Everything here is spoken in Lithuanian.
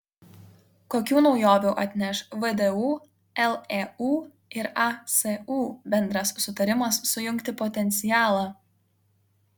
kokių naujovių atneš vdu leu ir asu bendras sutarimas sujungti potencialą